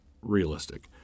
realistic